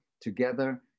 together